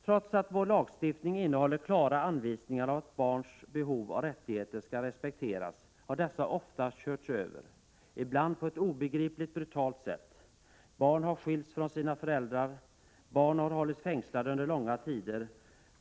Trots att lagen innehåller klara anvisningar om att barns behov och rättigheter skall respekteras har dessa anvisningar ofta körts över, ibland på ett obegripligt brutalt sätt. Barn har skilts från sina föräldrar, och barn har hållits fängslade under långa tider.